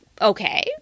Okay